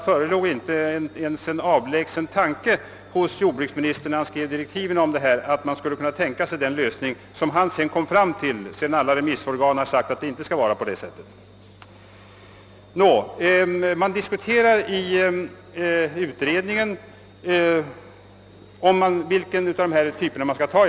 Jordbruksministern hade vid upprättandet av direktiven inte ens den avlägsnaste tanke på att man skulle kunna tänka sig den lösning som han kom fram till sedan nästan alla remissorgan sagt nej. I utredningen diskuterades vilket av dessa alternativ som skulle väljas.